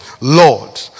Lord